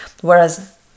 whereas